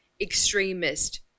extremist